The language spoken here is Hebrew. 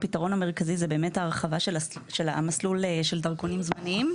הפתרון המרכזי זה הרחבה של המסלול של דרכונים זמניים.